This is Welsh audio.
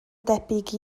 debyg